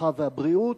הרווחה והבריאות,